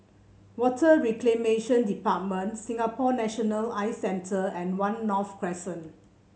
Water Reclamation Department Singapore National Eye Centre and One North Crescent